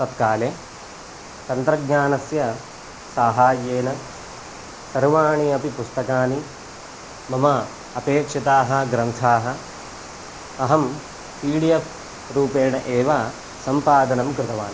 तत्काले तन्त्रज्ञानस्य साहाय्येन सर्वाणि अपि पुस्तकानि मम अपेक्षिताः ग्रन्थाः अहं पी डी एफ़् रूपेण एव सम्पादनं कृतवान्